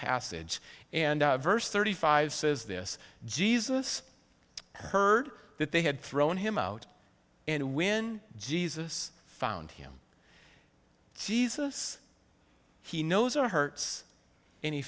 passage and verse thirty five says this jesus heard that they had thrown him out and when jesus found him jesus he knows our hurts an